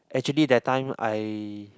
actually that time I